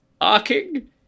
arcing